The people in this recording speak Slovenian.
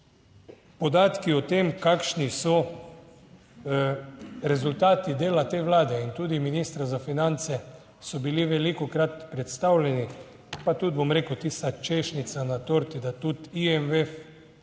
Zdaj podatki o tem, kakšni so rezultati dela te Vlade in tudi ministra za finance, so bili velikokrat predstavljeni, pa tudi, bom rekel, tista češnjica na torti, da tudi IMF